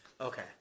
Okay